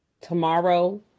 tomorrow